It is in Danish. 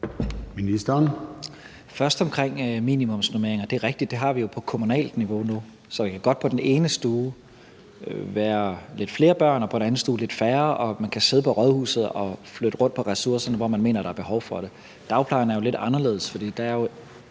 vil jeg sige omkring minimumsnormeringer, at det er rigtigt, at vi har det på kommunalt niveau nu. Så der kan godt på den ene stue være lidt flere børn og på den anden stue lidt færre, og man kan sidde på rådhuset og flytte rundt på ressourcerne, hvor man mener der er behov for det. Dagplejen er lidt anderledes, for der er jo